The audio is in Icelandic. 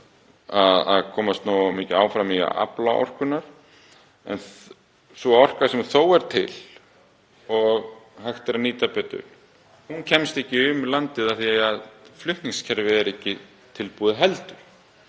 að komast nógu mikið áfram í að afla orkunnar. Sú orka sem þó er til, og hægt væri að nýta betur, kemst ekki um landið af því að flutningskerfið er ekki tilbúið heldur.